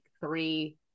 three